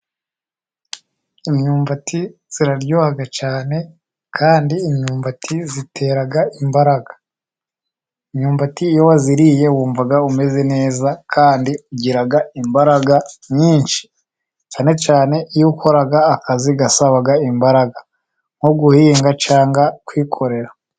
Imyumbati iraryoha cyane kandi imyumbati itera imbaraga, imyumbati iyo wayiriye wumva umeze neza kandi ugira imbaraga nyinshi, cyane cyane iyo ukora akazi gasaba imbaraga, nko guhinga cyangwa kwikorera.